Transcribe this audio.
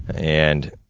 and,